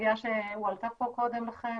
סוגיה שהועלתה פה קודם לכן,